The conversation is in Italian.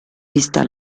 vista